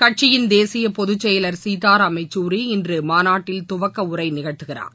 கட்சியின் தேசிய பொதுச் செயலர் சீதாராம் யெச்சூரி இன்று மாநாட்டில் துவக்க உரைநிகழ்த்துகிறார்